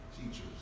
teachers